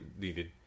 needed